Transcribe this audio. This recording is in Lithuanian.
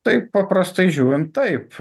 taip paprastai žiūrint taip